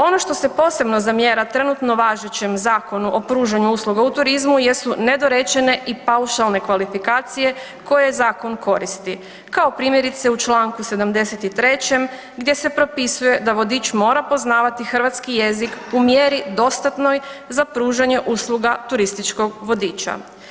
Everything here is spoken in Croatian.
Ono što se posebno zamjera trenutno važećem zakonu o pružanju usluga u turizmu jesu nedorečene i paušalne kvalifikacije koje zakon koristi kao primjerice u Članku 73. gdje se propisuje da vodič mora poznavati hrvatski jezik u mjeri dostatnoj za pružanje usluga turističkog vodiča.